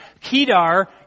Kedar